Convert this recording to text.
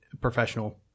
professional